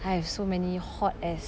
I have so many hot ass